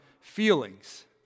feelings